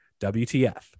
WTF